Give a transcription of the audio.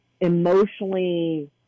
emotionally